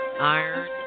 iron